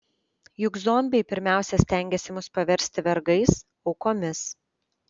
juk zombiai pirmiausia stengiasi mus paversti vergais aukomis